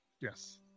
Yes